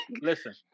Listen